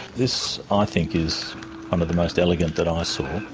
this i think is one of the most elegant that i saw,